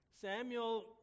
Samuel